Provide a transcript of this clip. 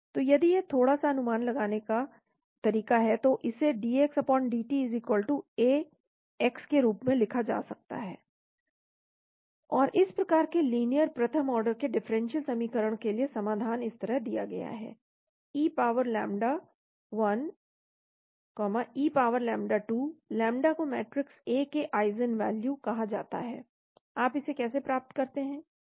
तो यदि यह थोड़ा सा अनुमान लगाने का तरीका है तो इसे dxdt A x के रूप में लिखा जा सकता है और इस प्रकार के लीनियर प्रथम आर्डर के डिफरेंशियल समीकरण के लिए समाधान इस तरह दिया गया है e power lambda 1 e power lambda 2 lambda को मैट्रिक्स A के आइजेन वैल्यू कहा जाता है आप इसे कैसे प्राप्त करते हैं